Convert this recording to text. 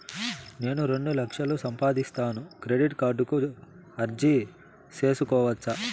నేను రెండు లక్షలు సంపాదిస్తాను, క్రెడిట్ కార్డుకు అర్జీ సేసుకోవచ్చా?